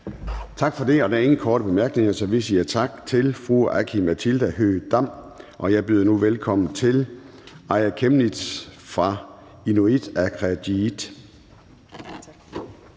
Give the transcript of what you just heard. Tak for det. Der er ingen korte bemærkninger. Så vi siger tak til fru Aki-Matilda Høegh-Dam, og jeg byder nu velkommen til fru Aaja Chemnitz fra Inuit Ataqatigiit.